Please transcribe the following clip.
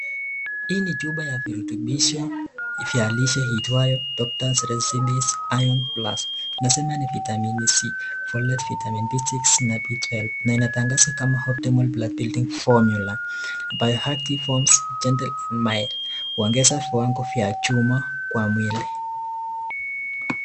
Hii ni chupa ya virutubisho ya lishe iitwayo Doctor's Recipes Iron Plus Vitamin c Folate Vitamin B6na B12 na inatangazwa kama Optimal Blood building Formula Bioactive Forms , Gentle & Mild huongeza viwango wa chuma kwa mwili.